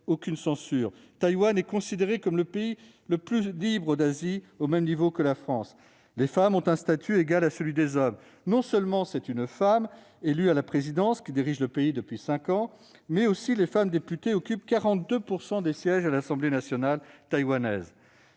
pas la censure. Taïwan est considérée comme le pays le plus libre d'Asie, au même niveau que la France. Les femmes ont un statut égal à celui des hommes. Non seulement c'est une femme qui a été élue à la présidence et qui dirige le pays depuis cinq ans, mais 42 % des sièges à l'Assemblée nationale taïwanaise